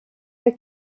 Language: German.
der